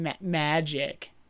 magic